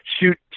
shoot